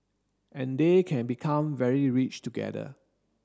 and they can become very rich together